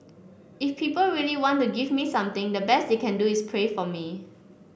if people really want to give me something the best they can do is pray for me